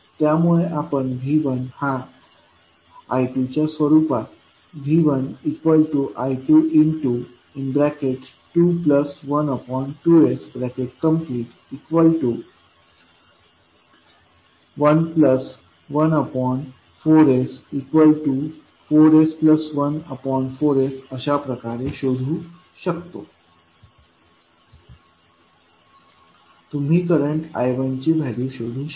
त्यामुळे आपण V1हा I2 च्या स्वरुपात V1I2212s114s4s14s अशा प्रकारे शोधू शकतो तुम्ही करंट I1ची व्हॅल्यू शोधू शकता